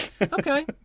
Okay